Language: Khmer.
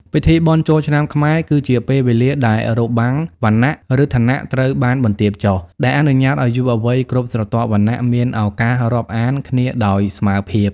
ពិធីបុណ្យចូលឆ្នាំខ្មែរ គឺជាពេលវេលាដែលរបាំងវណ្ណៈ ឬឋានៈត្រូវបានបន្ទាបចុះ ដែលអនុញ្ញាតឱ្យយុវវ័យគ្រប់ស្រទាប់វណ្ណៈមានឱកាសរាប់អានគ្នាដោយស្មើភាព។